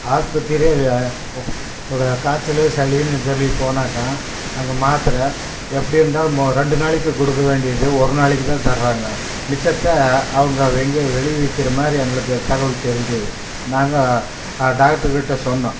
ஆஸ்பித்திரியில் ஒ ஒரு காய்ச்சலு சளின்னு சொல்லி போனாக்கால் அங்கே மாத்திர எப்படி இருந்தாலும் மோ ரெண்டு நாளைக்கு கொடுக்க வேண்டியது ஒரு நாளைக்கு தான் தர்றாங்க மிச்சத்தை அவங்க எங்கேயோ வெளியே விற்கிற மாதிரி எங்களுக்கு தகவல் தெரிஞ்சுது நாங்கள் டாக்ட்ரு கிட்டே சொன்னோம்